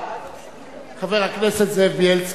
חבר הכנסת זאב בילסקי,